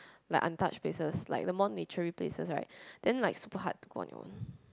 like untouched places like the more naturey places right then like super hard to go on your own